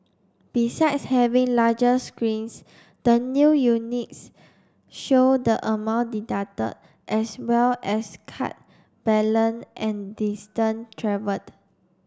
besides having larger screens the new units show the amount deducted as well as card balance and distance travelled